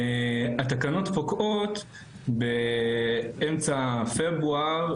התקנות פוקעות באמצע פברואר,